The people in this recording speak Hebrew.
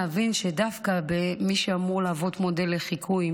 להבין שדווקא מי שאמור להיות מודל לחיקוי,